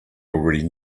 already